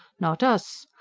not us!